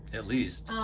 at least